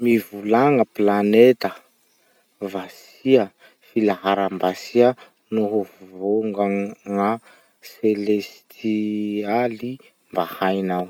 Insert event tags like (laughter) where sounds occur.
Mivolagna planeta, vasia, filaharam-basia, noho (hesitation) vongagna selestialy mba hainao.